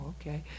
okay